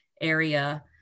area